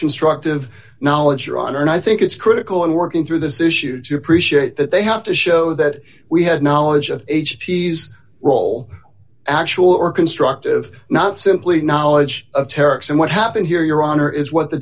constructive knowledge your honor and i think it's critical in working through this issue to appreciate that they have to show that we had knowledge of a cheese roll actual or constructive not simply knowledge of terex and what happened here your honor is what the